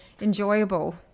enjoyable